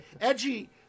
Edgy